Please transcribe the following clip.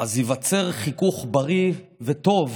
אז ייווצר חיכוך בריא וטוב